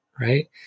right